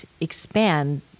expand